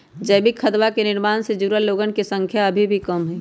जैविक खदवा के निर्माण से जुड़ल लोगन के संख्या अभी भी कम हई